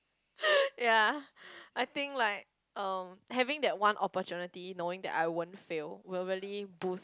ya I think like uh having that one opportunity knowing that I won't fail will really boost